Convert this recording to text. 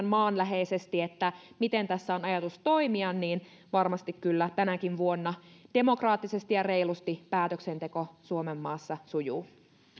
maanläheisesti miten tässä on ajatus toimia niin varmasti kyllä tänäkin vuonna demokraattisesti ja reilusti päätöksenteko suomenmaassa sujuu